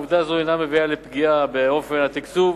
עובדה זו אינה מביאה לפגיעה באופן התקצוב